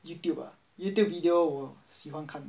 Youtube ah Youtube video 我喜欢看